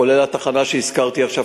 כולל התחנה שהזכרתי עכשיו,